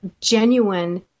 genuine